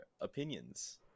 opinions